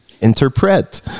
interpret